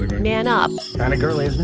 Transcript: man up kind of girly, isn't